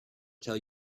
tell